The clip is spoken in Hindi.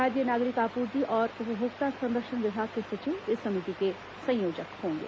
खाद्य नागरिक आपूर्ति और उपभोक्ता संरक्षण विभाग के सचिव इस समिति के संयोजक होंगे